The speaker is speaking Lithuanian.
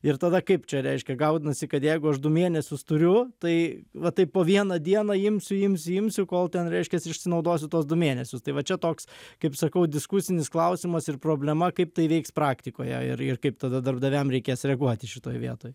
ir tada kaip čia reiškia gaunasi kad jeigu aš du mėnesius turiu tai vat taip po vieną dieną imsiu imsiu imsiu kol ten reiškiasi išsinaudosiu tuos du mėnesius tai va čia toks kaip sakau diskusinis klausimas ir problema kaip tai veiks praktikoje ir ir kaip tada darbdaviam reikės reaguoti šitoj vietoj